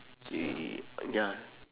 the ya